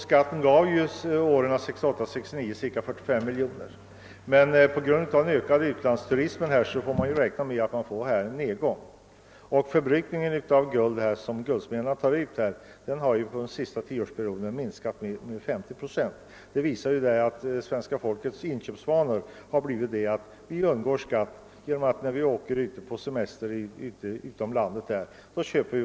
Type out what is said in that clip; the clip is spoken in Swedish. Skatten gav 45 miljoner kronor 1968/ 69, men på grund av att utlandsturismen ökar får man räkna med en nedgång. Förbrukningen av guld hos guldsmeder har under den senaste tioårsperioden minskat med 10 procent genom att svenska folkets inköpsvanor har ändrats. Man undgår skatten genom att köpa varorna utomlands.